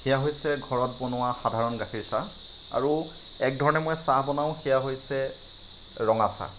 সেয়া হৈছে ঘৰত বনোৱা সাধাৰণ গাখীৰ চাহ আৰু এক ধৰণে মই চাহ বনাওঁ সেয়া হৈছে ৰঙা চাহ